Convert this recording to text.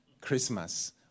Christmas